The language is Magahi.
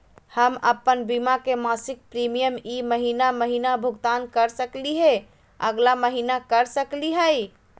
हम अप्पन बीमा के मासिक प्रीमियम ई महीना महिना भुगतान कर सकली हे, अगला महीना कर सकली हई?